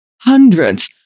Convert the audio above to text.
hundreds